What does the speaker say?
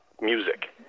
music